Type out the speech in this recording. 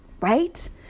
right